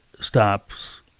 stops